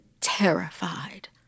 terrified